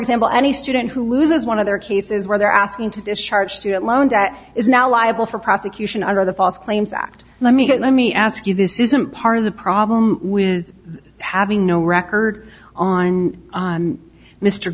example any student who loses one of their cases where they're asking to discharge student loan debt is now liable for prosecution under the false claims act let me get let me ask you this isn't part of the problem with having no record on